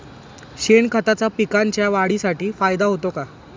शेणखताचा पिकांच्या वाढीसाठी फायदा होतो का?